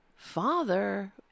Father